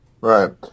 Right